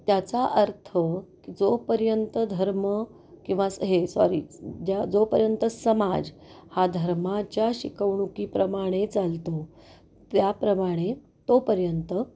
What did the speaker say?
त्याचा अर्थ की जोपर्यंत धर्म किंवा हे सॉरी ज्या जोपर्यंत समाज हा धर्माच्या शिकवणुकीप्रमाणे चालतो त्याप्रमाणे तोपर्यंत